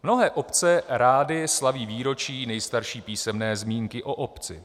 Mnohé obce rády slaví výročí nejstarší písemné zmínky o obci.